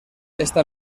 esta